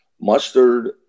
mustard